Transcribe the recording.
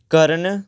ਕਰਨ